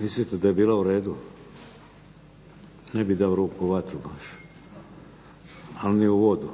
Mislim da je bilo uredu. Ne bih dao u ruku baš ali ni u vodu.